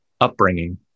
Upbringing